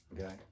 okay